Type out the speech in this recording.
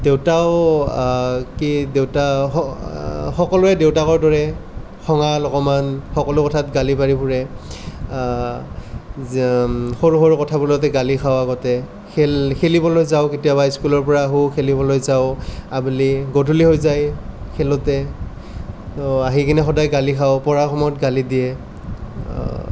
দেউতাও কি দেউতা স সকলোৱে দেউতাকৰ দৰে খঙাল অকমান সকলো কথাত গালি পাৰি ফুৰে সৰু সৰু কথাবোৰতে গালি খাওঁ আগতে খেল খেলিবলৈ যাওঁ কেতিয়াবা স্কুলৰ পৰা আহোঁ খেলিবলৈ যাওঁ আবেলি গধূলি হৈ যায় খেলোঁতে তো আহি কিনি সদায় গালি খাওঁ পঢ়া সময়ত গালি দিয়ে